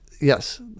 yes